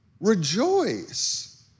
rejoice